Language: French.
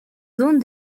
zones